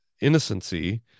innocency